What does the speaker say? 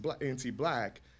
anti-black